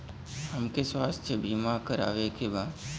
हमके स्वास्थ्य बीमा करावे के बा?